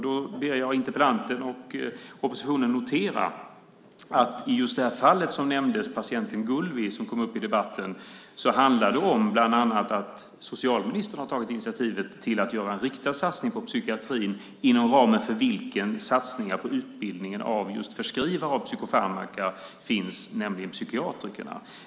Då ber jag interpellanten och oppositionen notera att i just det fall som nämndes, patienten Gulli som kom upp i debatten, handlar det bland annat om att socialministern har tagit initiativet till att göra en riktad satsning på psykiatrin inom ramen för vilken satsningar på utbildningen av just förskrivare av psykofarmaka finns, nämligen psykiaterna.